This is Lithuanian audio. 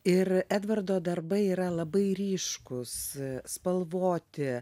ir edvardo darbai yra labai ryškūs spalvoti